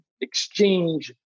exchange